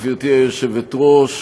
גברתי היושבת-ראש,